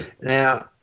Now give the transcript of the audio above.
Now